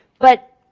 but,